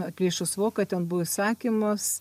atplėšus voką ten buvo įsakymas